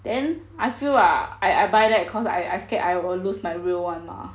then I feel like I I buy that cause I scared I will lose my real [one] mah